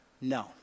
No